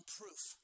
proof